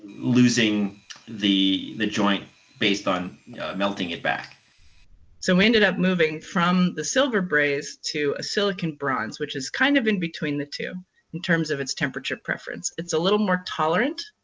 losing the the joint based on melting it back. ecco so we ended up moving from the silver braze to a silicon bronze, which is kind of in between the two in terms of its temperature preference. it's a little more tolerant,